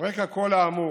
על רקע כל האמור,